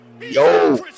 Yo